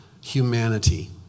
humanity